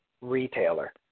retailer